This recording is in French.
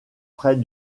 près